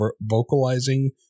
vocalizing